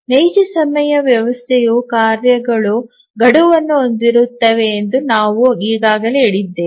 ನೈಜ ಸಮಯ ವ್ಯವಸ್ಥೆಯಲ್ಲಿ ಕಾರ್ಯಗಳು ಗಡುವನ್ನು ಹೊಂದಿರುತ್ತವೆ ಎಂದು ನಾವು ಈಗಾಗಲೇ ಹೇಳಿದ್ದೇವೆ